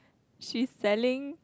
she's selling